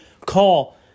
call